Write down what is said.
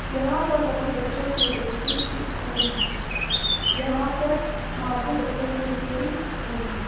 یہاں پر غریب بچوں کے لیے بھی اسکول ہیں یہاں پر معذور بچوں کے لیے بھی اسکول ہیں